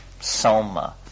SOMA